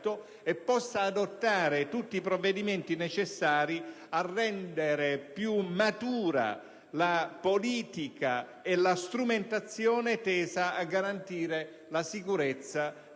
e possa adottare tutti i provvedimenti necessari a rendere più matura la politica e la strumentazione tesa a garantire la sicurezza dei nostri